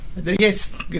yes